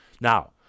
now